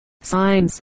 signs